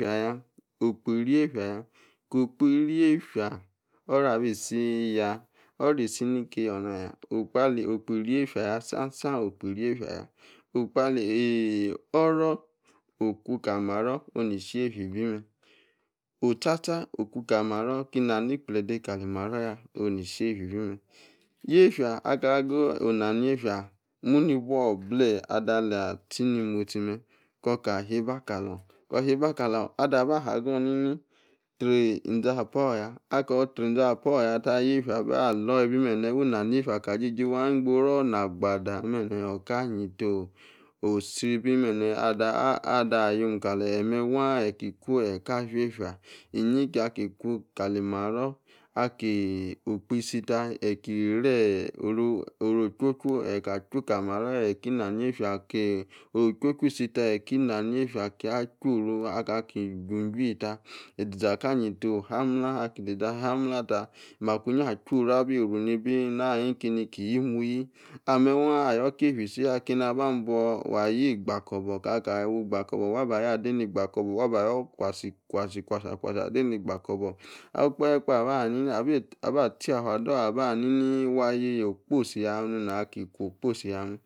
Okpo, iri-yefia ya, ko, okpo, iri yefia, oru abi, si yq, oru, isi-ni keyi ona ya, okpo, iri yefia sam-sam, okpo, iri yefia, oru okuka maro, onu ni si, yefia ibi mem, osta-sta okukal-maro kena, na-ni ikplede kali-maro, yaa, oni si yefia, ibi mem, yefia, aka geyi ona ne-yefia mani-buo, bleg ada alah, tie ninrostie mem, kor ka, yeba, kalom, kor yeba, kalon, ada, aba hagor ni-ni, trie, izin-apa oriya akor, tie, izin apar ya, akor trie, izin, apu-on, ta, yefia aba, lor-ibi bene, wu, na yefia kali, jiji wav, igboru, ina, gbade, bene, oh, ka, ayeta, oh oyibi bene ada ayion kaleme-waa, eki ku, eka fie-yefia, iyin kie, aki, ku, kalimaro, aki okpo isi-ta, ekie, ri-eeh, oru ocho-chu, eka, cha kali, maro, eki, na, yefia, ki, ocho-chu isi ta eki na, yefia ákia achoru, aka, ki-su-jeew ta zisa, ayie-ta oh, ha, amalh, aki ziza aha amah, ta, makuyi, achoru abi, nunibi ayani keni-ki yiemuyi amem waa ayor ke-yefia isi ya, akeni aba, buo wa, yie, gbakobo, wa-ba yor kwasi-kwasi, kwasi ade, ni gba kobo, okpahe kpa-aba afia yafua, ado, aba nini-wa, yeya, okposi ya onu, na ki-ku okposi ya mem.